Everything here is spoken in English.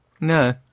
No